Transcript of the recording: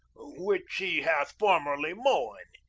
which he hath formerly mowen,